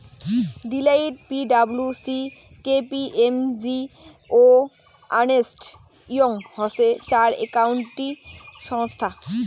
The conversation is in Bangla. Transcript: Deloitte, P W C, K P M G ও আর্নেস্ট ইয়ং হসে চার একাউন্টিং সংস্থা